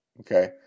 okay